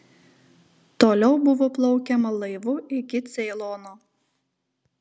toliau buvo plaukiama laivu iki ceilono